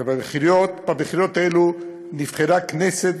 ובבחירות האלה נבחרה כנסת,